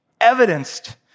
evidenced